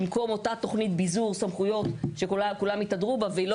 במקום אותה תוכנית של פיזור סמכויות שכולם התהדרו בה ולא